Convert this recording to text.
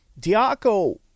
Diaco